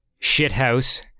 shithouse